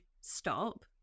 stop